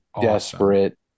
desperate